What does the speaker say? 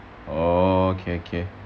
oh okay okay